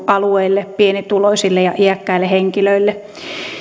alueille pienituloisille ja iäkkäille henkilöille